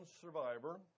survivor